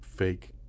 Fake